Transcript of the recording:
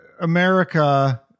America